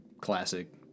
classic